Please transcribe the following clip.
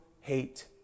hate